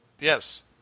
Yes